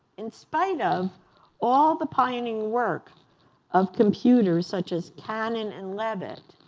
in spite of all the pioneering work of computers such as cannon and leavitt,